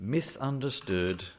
Misunderstood